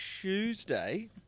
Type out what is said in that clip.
Tuesday